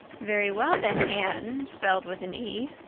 very well, then, anne spelled with an e,